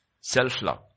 self-love